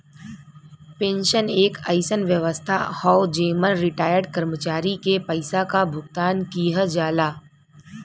pension एक अइसन व्यवस्था हौ जेमन रिटार्यड कर्मचारी के पइसा क भुगतान किहल जाला